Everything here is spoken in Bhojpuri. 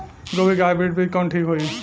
गोभी के हाईब्रिड बीज कवन ठीक होई?